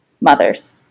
mothers